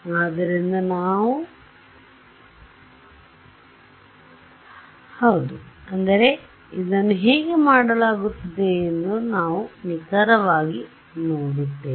ಆದ್ದರಿಂದ ನಾವು ಹೌದು ಅಂದರೆ ಇದನ್ನು ಹೇಗೆ ಮಾಡಲಾಗುತ್ತದೆ ಎಂದು ನಾವು ನಿಖರವಾಗಿ ನೋಡುತ್ತೇವೆ